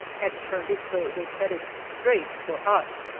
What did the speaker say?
had turned it so it was headed straight for us.